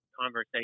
conversation